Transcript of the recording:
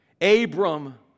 Abram